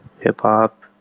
hip-hop